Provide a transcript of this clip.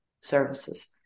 services